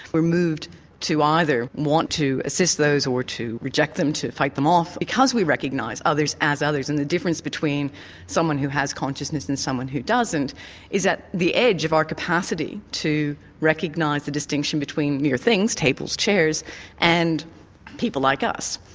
we're moved to either want to assist those or to reject them, to fight them off, because we recognise others as others, and the difference between someone who has consciousness and someone who doesn't is at the edge of our capacity to recognise the distinction between mere things tables, chairs and people like us.